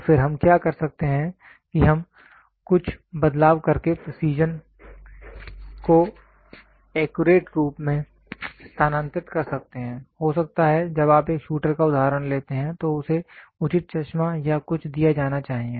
तो फिर हम क्या कर सकते हैं कि हम कुछ बदलाव करके प्रेसीजन को एक्यूरेट रूप में स्थानांतरित कर सकते हैं हो सकता है जब आप एक शूटर का उदाहरण लेते हैं तो उसे उचित चश्मा या कुछ दिया जाना चाहिए